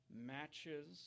Matches